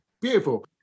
beautiful